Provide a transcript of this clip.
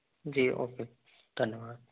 जी okay धन्यवाद